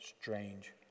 strange